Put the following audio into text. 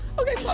okay, focus.